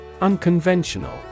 Unconventional